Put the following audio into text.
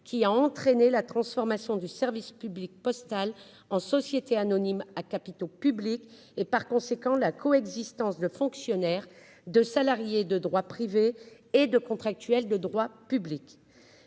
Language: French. qui a entraîné la transformation du service public postal en société anonyme à capitaux publics et, par conséquent, provoqué la coexistence de fonctionnaires, de salariés de droit privé et de contractuels de droit public.